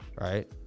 right